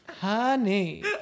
Honey